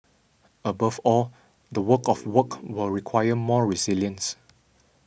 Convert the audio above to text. above all the work of work will require more resilience